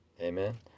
Amen